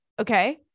okay